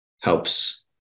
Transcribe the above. helps